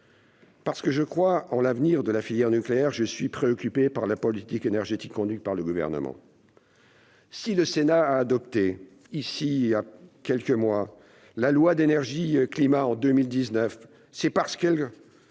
Parce que je crois en l'avenir de la filière nucléaire, je suis préoccupé par la politique énergétique conduite par le Gouvernement. Si le Sénat a adopté la loi Énergie-climat en 2019, c'est parce qu'elle